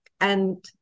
and-